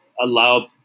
allow